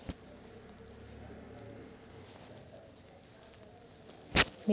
मिरचीची चव आणि तिखटपणा मिरच्यांमध्ये असलेल्या कॅप्सेसिन ऍसिडमुळे असतो